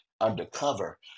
undercover